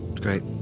Great